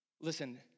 Listen